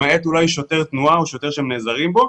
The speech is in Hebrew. למעט אולי שוטר תנועה או שוטר שהם נעזרים בו.